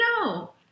No